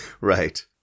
Right